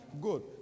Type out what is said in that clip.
Good